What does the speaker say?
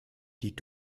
die